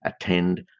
attend